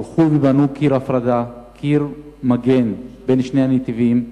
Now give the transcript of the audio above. והלכו ובנו קיר הפרדה, קיר מגן בין שני הנתיבים.